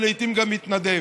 ולעיתים גם מתנדב,